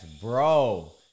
bro